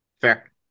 fair